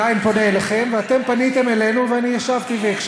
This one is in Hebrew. אבל השר לא מועיל,